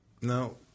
no